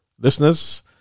listeners